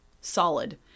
Solid